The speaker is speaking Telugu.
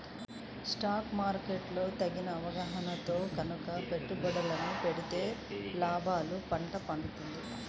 స్టాక్ మార్కెట్ లో తగిన అవగాహనతో గనక పెట్టుబడులను పెడితే లాభాల పండ పండుతుంది